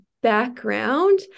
background